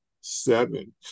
seven